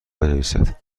بنویسد